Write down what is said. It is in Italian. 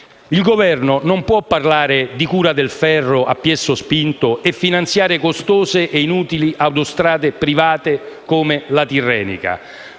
il Governo non può parlare di cura del ferro e finanziare costose ed inutili autostrade private come la Tirrenica.